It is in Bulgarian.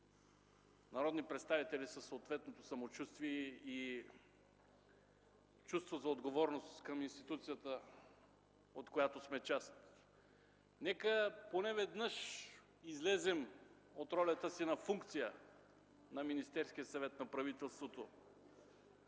народни представители със съответното самочувствие и чувство за отговорност към институцията, от която сме част. Нека поне веднъж излезем от ролята си на функция на Министерския съвет, на правителството.